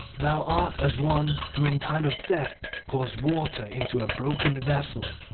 thou art as one who in time of death pours water into a broken vessel.